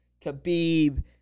Khabib